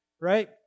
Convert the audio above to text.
right